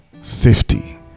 safety